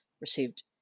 received